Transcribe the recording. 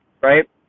right